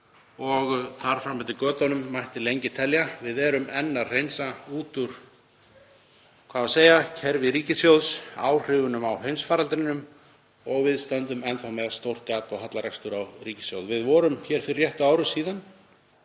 Og þar fram eftir götunum og mætti lengi telja. Við erum enn að hreinsa út úr kerfi ríkissjóðs áhrifin af heimsfaraldrinum og við stöndum enn þá með stórt gat og hallarekstur á ríkissjóði. Við vorum hér fyrir réttu ári síðan